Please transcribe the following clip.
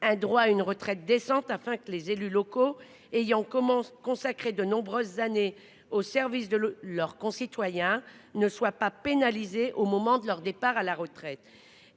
un droit à une retraite décente afin que ceux qui ont consacré de nombreuses années au service de leurs concitoyens ne soient pas pénalisés au moment de leur départ à la retraite.